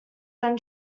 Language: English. then